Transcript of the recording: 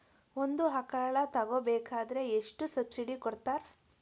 ಒಂದು ಆಕಳ ತಗೋಬೇಕಾದ್ರೆ ಎಷ್ಟು ಸಬ್ಸಿಡಿ ಕೊಡ್ತಾರ್?